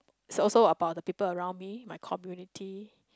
it's also about the people around me my community